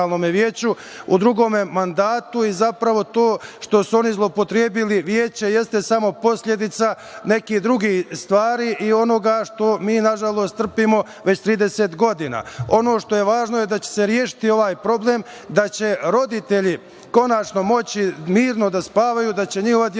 u drugom mandatu i zapravo to što su oni zloupotrebili veće jeste samo posledica nekih drugih stvari i onoga što mi nažalost trpimo već 30 godina. Ono što je važno je da će se rešiti ovaj problem, da će roditelji konačno moći mirno da spavaju, da će njihova deca